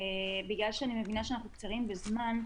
בגלל שאני מבינה שאנחנו קצרים בזמן,